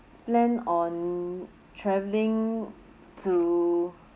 plan on traveling to